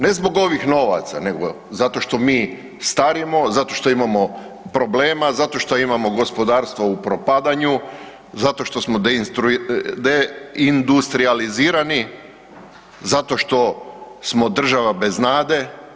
Ne zbog ovih novaca, nego zato što mi starimo, zato što imamo problema, zato što imamo gospodarstvo u propadanju, zato što smo deindustrijalizirani, zato što smo država bez nade.